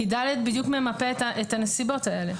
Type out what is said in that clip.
כי (ד) בדיוק ממפה את הנסיבות האלה.